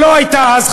שלא הייתה אז,